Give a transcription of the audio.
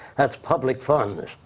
that's public funds.